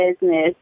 business